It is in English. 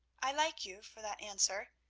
i like you for that answer,